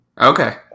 Okay